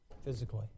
physically